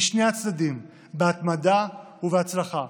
משני הצדדים, בהתמדה ובהצלחה.